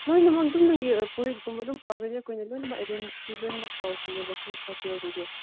ꯂꯣꯏꯅꯃꯛ ꯑꯗꯨꯝ ꯅꯪꯒꯤ ꯐꯨꯔꯤꯠꯀꯨꯝꯕ ꯑꯗꯨꯝ ꯄꯣꯔꯛꯑꯁꯨ ꯑꯩꯈꯣꯏꯅ ꯂꯣꯏꯅꯃꯛ ꯑꯦꯔꯦꯟꯖꯇꯤ ꯂꯣꯏꯅꯃꯛ ꯇꯧꯒꯅꯦꯕꯀꯣ ꯍꯣꯇꯦꯜꯗꯨꯁꯨ